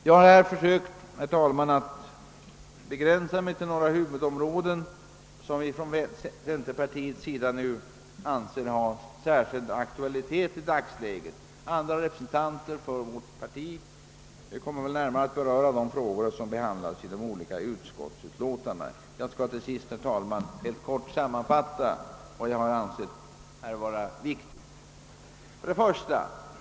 Jag har här försökt att begränsa mig till några huvudområden som vi inom centerpartiet anser ha särskild aktualitet i dagsläget. Andra representanter för vårt parti kommer att närmare beröra de frågor, som behandlas i de olika utskottsutlåtandena. Jag skall till sist, herr talman, helt kort sammanfatta vad jag anser vara viktigt. 1.